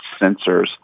sensors